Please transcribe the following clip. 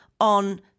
on